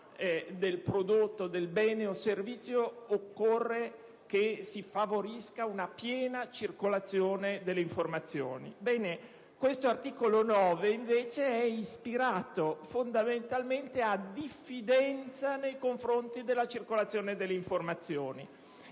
del prodotto, del bene o servizio, occorre che si favorisca una piena circolazione delle informazioni. Ora, l'articolo 9 è ispirato invece fondamentalmente a diffidenza nei confronti della circolazione delle informazioni.